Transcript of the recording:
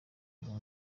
buvuga